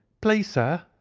please, sir,